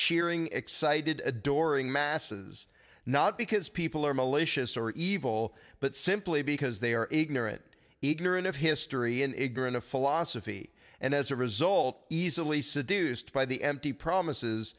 cheering excited adoring masses not because people are malicious or evil but simply because they are ignorant ignorant of history and ignorant a philosophy and as a result easily seduced by the empty promises